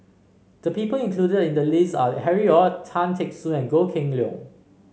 the people included in the list are Harry Ord Tan Teck Soon and Goh Kheng Long